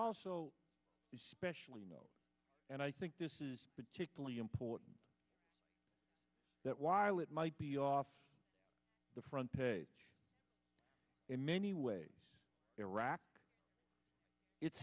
also be specially made and i think this is particularly important that while it might be off the front page in many ways iraq it's